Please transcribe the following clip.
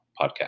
podcast